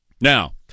Now